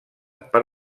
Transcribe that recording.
per